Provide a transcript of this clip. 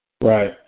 Right